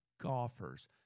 golfers